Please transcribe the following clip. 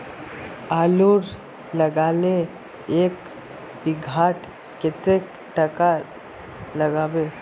आलूर लगाले एक बिघात कतेक टका लागबे?